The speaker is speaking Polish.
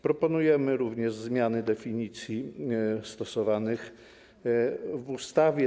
Proponujemy również zmiany definicji stosowanych w ustawie.